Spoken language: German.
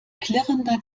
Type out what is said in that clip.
klirrender